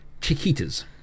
Chiquitas